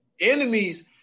Enemies